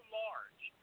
large